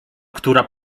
która